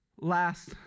last